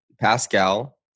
Pascal